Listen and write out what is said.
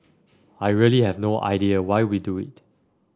I really have no idea why we do it